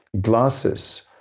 glasses